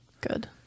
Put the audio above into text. Good